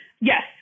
Yes